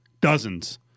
dozens